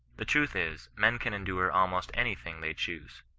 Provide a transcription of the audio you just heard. the truth is, men can endure almost any thing they choose.